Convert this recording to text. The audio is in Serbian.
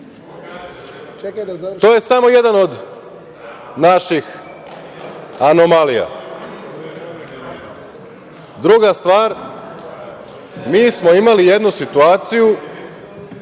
To je samo jedan od naših anomalija. Druga stvar, mi smo imali jednu situaciju